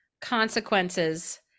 consequences –